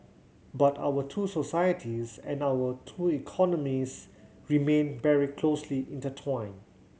but our two societies and our two economies remained very closely intertwined